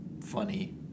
funny